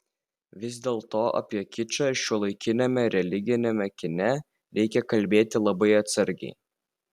vis dėlto apie kičą šiuolaikiniame religiniame kine reikia kalbėti labai atsargiai